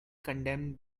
condemned